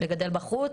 לגדל בחוץ,